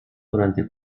durante